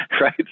right